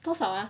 多少啊